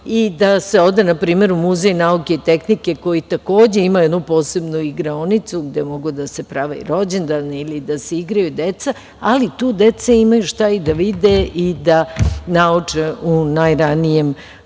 i da se ode npr. u Muzej Nauke i tehnike koji takođe ima jednu posebnu igraonicu gde mogu da se prave rođendani ili da se igraju deca, ali tu deca imaju šta i da vide i da nauče u najranijem